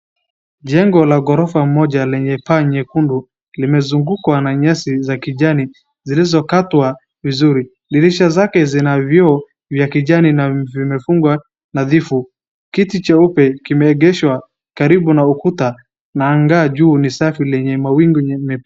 Jengo la ghorofa moja lenye paa nyekundu limezungukwa na nyasi za kijani zilizokatwa vizuri. Dirisha zake zina vioo vya kijani na vimefungwa nadhifu. Kiti cheupe kimeegeshwa karibu na ukuta na anga juu ni safi lenye mawingu.